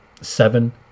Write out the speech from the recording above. seven